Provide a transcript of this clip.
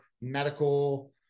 medical